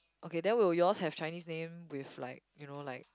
okay then will yours have Chinese name with like you know like